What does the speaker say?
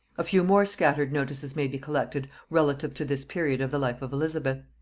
a few more scattered notices may be collected relative to this period of the life of elizabeth.